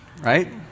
right